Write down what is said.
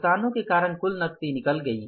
भुगतानों के कारण कुल नकदी निकल गई